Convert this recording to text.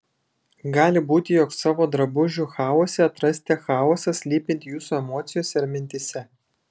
gali būti jog savo drabužių chaose atrasite chaosą slypintį jūsų emocijose ar mintyse